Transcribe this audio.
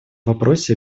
вопросе